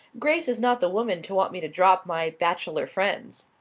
grace is not the woman to want me to drop my bachelor friends.